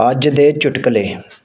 ਅੱਜ ਦੇ ਚੁਟਕਲੇ